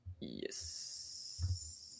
Yes